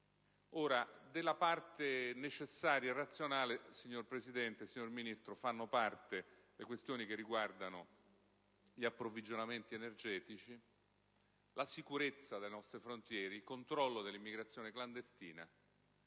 Ora, della parte necessaria e razionale, signor Presidente, signor Ministro, fanno parte le questioni che riguardano gli approvvigionamenti energetici, la sicurezza delle nostre frontiere, il controllo dell'immigrazione clandestina